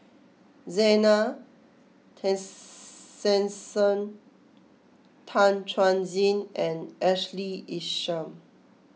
Zena Tessensohn Tan Chuan Jin and Ashley Isham